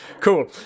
Cool